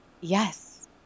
Yes